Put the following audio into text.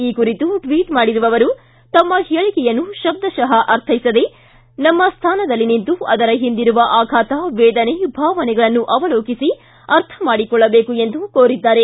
ಈ ಕುರಿತು ಟ್ವಿಚ್ ಮಾಡಿರುವ ಅವರು ತಮ್ಮ ಹೇಳಕೆಯನ್ನು ತಬ್ಬಶಃ ಅರ್ಥೈಸದೆ ನಮ್ಮ ಸ್ಥಾನದಲ್ಲಿ ನಿಂತು ಅದರ ಹಿಂದಿರುವ ಆಘಾತ ವೇದನೆ ಭಾವನೆಗಳನ್ನು ಅವಲೋಕಿಸಿ ಅರ್ಥ ಮಾಡಿಕೊಳ್ಳಬೇಕು ಎಂದು ಕೋರಿದ್ದಾರೆ